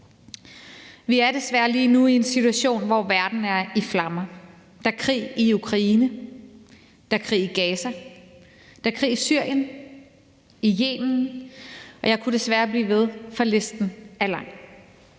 Vi er desværre lige nu i en situation, hvor verden står i flammer. Der er krig i Ukraine, der er krig i Gaza, der er krig i Syrien og i Yemen, og jeg kunne desværre blive ved, for listen er lang.